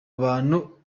abantu